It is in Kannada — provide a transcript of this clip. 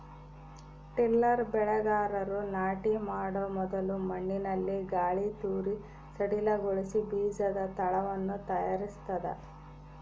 ಟಿಲ್ಲರ್ ಬೆಳೆಗಾರರು ನಾಟಿ ಮಾಡೊ ಮೊದಲು ಮಣ್ಣಿನಲ್ಲಿ ಗಾಳಿತೂರಿ ಸಡಿಲಗೊಳಿಸಿ ಬೀಜದ ತಳವನ್ನು ತಯಾರಿಸ್ತದ